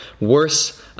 worse